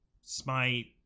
smite